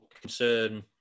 concern